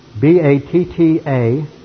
B-A-T-T-A